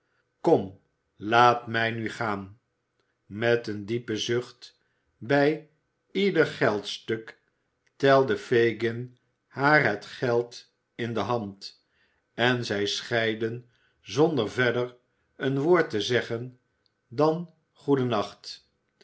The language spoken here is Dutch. kom laat mij nu gaan met een diepen zucht bij ieder geldstuk telde fagin haar het geld in de hand en zij scheidden zonder verder een woord te zeggen dan